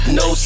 no